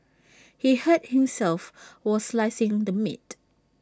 he hurt himself while slicing the meat